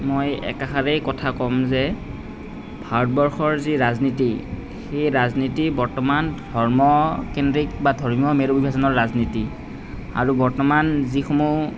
মই একাষাৰেই কথা কম যে ভাৰতবৰ্ষৰ যি ৰাজনীতি সেই ৰাজনীতি বৰ্তমান ধৰ্মকেন্দ্ৰিক বা ধৰ্মীয় মেৰু বিভাজনৰ ৰাজনীতি আৰু বৰ্তমান যিসমূহ